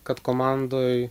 kad komandoj